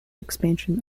expansion